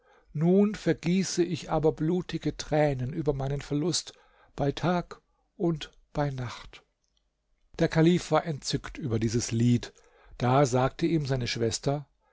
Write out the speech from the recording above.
nun vergieße ich aber blutige tränen über meinen verlust bei tag und bei nacht der kalife war entzückt über dieses lied da sagte ihm seine schwester